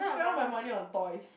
spend all my money on toys